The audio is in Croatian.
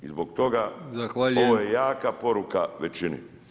I zbog toga, ovo je jaka poruka većini.